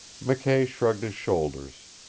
mckay shrugged his shoulders.